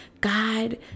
God